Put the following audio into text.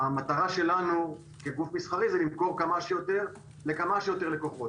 המטרה שלנו כגוף מסחרי היא למכור כמה שיותר לכמה שיותר לקוחות.